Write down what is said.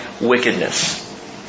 wickedness